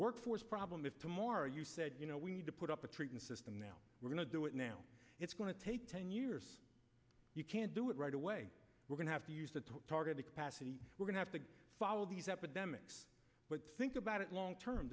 workforce problem is tomorrow you said you know we need to put up a treatment system now we're going to do it now it's going to take ten years you can't do it right away we're going to have to use that to target the capacity we're going have to follow these epidemics but think about it long term